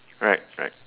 correct correct